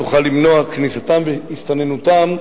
תוכל למנוע כניסתם והסתננותם,